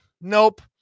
Nope